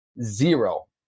zero